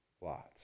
lots